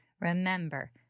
remember